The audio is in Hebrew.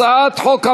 הצעת חוק המוהלים,